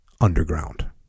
underground